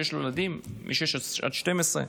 שיש לו ילדים מגיל שש עד 12,